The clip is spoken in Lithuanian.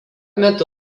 metu